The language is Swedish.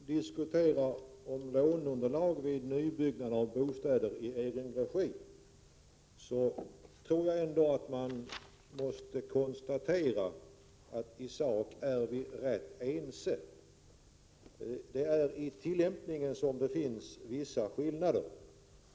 Herr talman! När vi nu diskuterar låneunderlag vid nybyggnad av bostäder i egen regi tror jag att man måste konstatera att vi i sak är rätt ense. Det är i tillämpningen som det finns vissa skillnader.